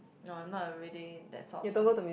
no I'm not really that sort of person